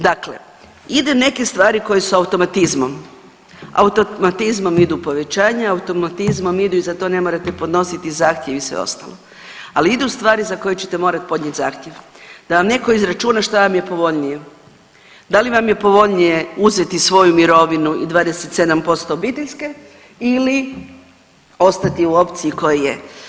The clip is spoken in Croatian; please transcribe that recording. Dakle, idu neke stvari koje su automatizmom, automatizmom idu povećanja, automatizmom idu i za to ne morate podnositi zahtjev i sve ostalo, ali idu stvari za koje ćete morat podnijet zahtjev da vam neko izračuna šta vam je povoljnije, da li vam je povoljnije uzeti svoju mirovinu i 27% obiteljske ili ostati u opciji koja je.